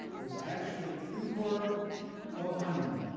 was actually krekor ohanian.